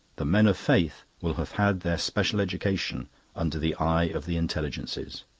the men of faith will have had their special education under the eye of the intelligences.